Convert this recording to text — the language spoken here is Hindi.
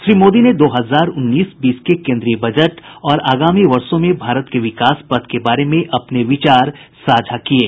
श्री मोदी ने दो हजार उन्नीस बीस के केन्द्रीय बजट और आगामी वर्षों में भारत के विकास पथ के बारे में अपने विचार साझा किये